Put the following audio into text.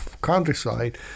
countryside